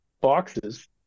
boxes